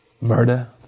murder